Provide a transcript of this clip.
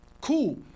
Cool